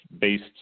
based